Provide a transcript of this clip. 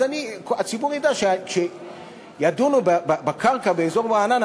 אז הציבור ידע שכשידונו בקרקע באזור רעננה,